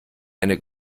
eine